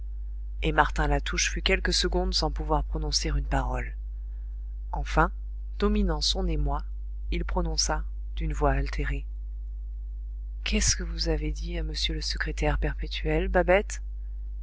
et martin latouche fut quelques secondes sans pouvoir prononcer une parole enfin dominant son émoi il prononça d'une voix altérée qu'est-ce que vous avez dit à m le secrétaire perpétuel babette